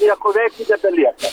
nieko verti nebelieka